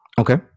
Okay